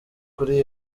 kuri